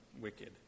Wicked